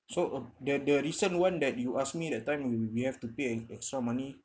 so uh the the recent one that you ask me that time you we have to pay uh extra money